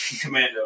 Commando